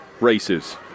races